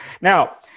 Now